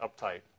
uptight